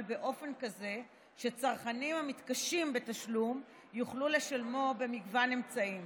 באופן כזה שצרכנים המתקשים בתשלום יוכלו לשלמו במגוון אמצעים